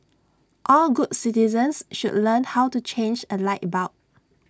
all good citizens should learn how to change A light bulb